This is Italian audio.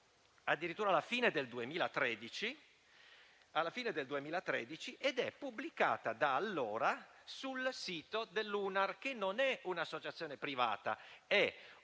addirittura alla fine del 2013 ed è pubblicata da allora sul sito dell'UNAR, che non è un'associazione privata, bensì un ufficio